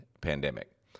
pandemic